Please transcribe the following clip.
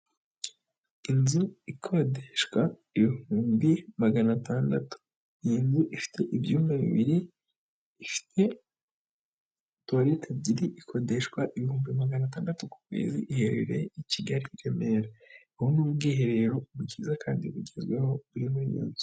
Inzu ikodeshwa ibihumbi magana atandatu. Iyi nzu ifite ibyumba bibiri ifite tuwalete ebyiri ikodeshwa ibihumbi magana atandatu ku kwezi iherereye i kigali i remera ubu ni ubwiherero bwiza kandi bugezweho buri muri iyo nzu.